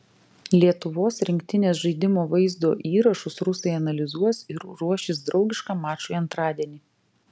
lietuvos rinktinės žaidimo vaizdo įrašus rusai analizuos ir ruošis draugiškam mačui antradienį